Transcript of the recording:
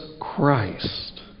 Christ